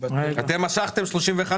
תראו איזה אישראבלוף.